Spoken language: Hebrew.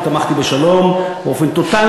ותמכתי בשלום באופן טוטלי.